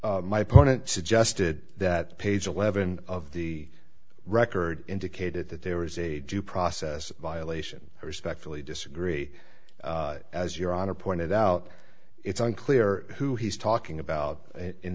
opponent suggested that page eleven of the record indicated that there is a due process violation i respectfully disagree as your honor pointed out it's unclear who he's talking about in